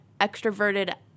extroverted